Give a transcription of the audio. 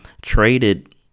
traded